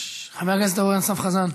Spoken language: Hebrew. חבר הכנסת אורן אסף חזן.